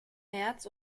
märz